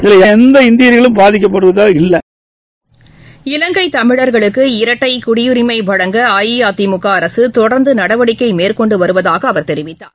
இதில் எந்த இந்தியர்களும் பாதிக்கப்படப்போவதில்லை இலங்கைதமிழர்களுக்கு இரட்டைகுடியுரிமைவழங்க அஇஅதிமுகஅரசுதொடர்ந்துநடவடிக்கைமேற்கொண்டுவருவதாகஅவர் தெரிவித்தார்